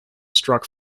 struck